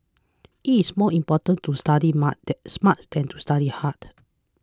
it is more important to study smart smart than to study hard